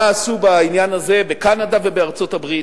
מה עשו בעניין הזה בקנדה ובארצות-הברית,